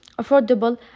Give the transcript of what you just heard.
affordable